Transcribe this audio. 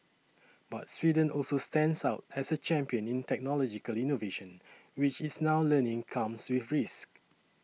but Sweden also stands out as a champion in technological innovation which it's now learning comes with risks